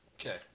Okay